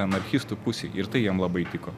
anarchistų pusėj ir tai jam labai tiko